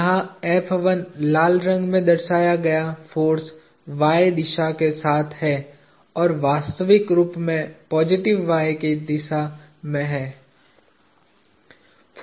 यहां लाल रंग में दर्शाया गया फोर्स y दिशा के साथ है या वास्तविक रूप में पॉजिटिव y की दिशा में है